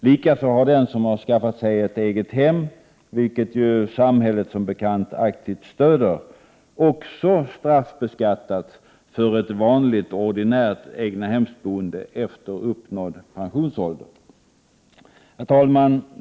Likaså har den som skaffat sig ett eget hem — vilket ju samhället som bekant aktivt stöder — också straffbeskattats för ett vanligt ordinärt egnahemsboende efter uppnådd pensionsålder. Herr talman!